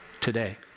today